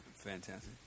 fantastic